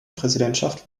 präsidentschaft